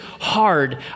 hard